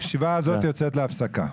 הישיבה הזאת יוצאת להפסקה.